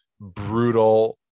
brutal